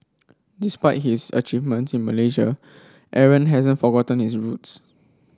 despite his achievements in Malaysia Aaron hasn't forgotten his roots